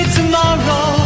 tomorrow